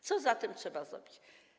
Co zatem trzeba zrobić?